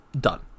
done